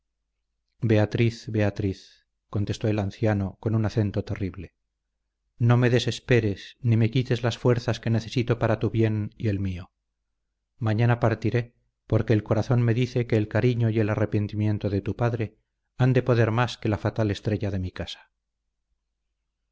beatriz beatriz contestó el anciano con un acento terrible no me desesperes ni me quites las fuerzas que necesito para tu bien y el mío mañana partiré porque el corazón me dice que el cariño y el arrepentimiento de tu padre han de poder más que la fatal estrella de mi casa